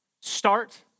start